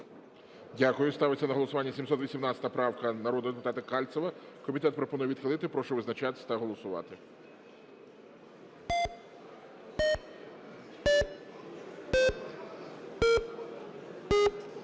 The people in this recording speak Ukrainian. Дякую. Ставиться на голосування 718 правка народного депутата Кальцева. Комітет пропонує відхилити. Прошу визначатися та голосувати.